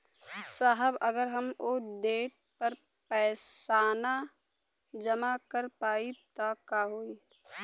साहब अगर हम ओ देट पर पैसाना जमा कर पाइब त का होइ?